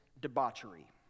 debauchery